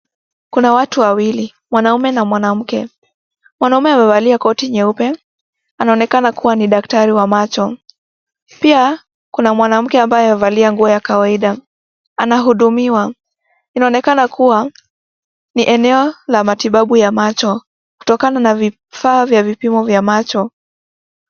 Kuna watu wawili, mwanaume na mwanamke. Mwanaume amevalia koti nyeupe, anaonekana kuwa ni daktari wa macho. Pia, kuna mwanamke ambaye amevalia nguo ya kawaida, anahudumiwa. Inaonekana kuwa, ni eneo la matibabu ya macho, kutokana na vifaa vya vipimo vya macho.